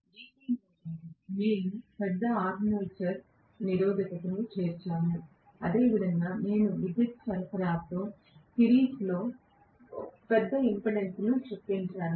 DC మోటారులో మేము పెద్ద ఆర్మేచర్ నిరోధకతను చేర్చాము అదేవిధంగా నేను నా విద్యుత్ సరఫరాతో సిరీస్లో పెద్ద ఇంపెడెన్స్ను చొప్పించాను